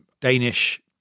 Danish